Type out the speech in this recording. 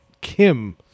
Kim